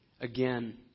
Again